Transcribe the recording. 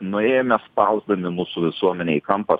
nuėjome spausdami mūsų visuomenę į kampą